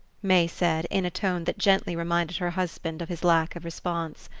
may said, in a tone that gently reminded her husband of his lack of response.